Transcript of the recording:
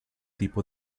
tipo